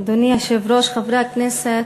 אדוני היושב-ראש, חברי הכנסת,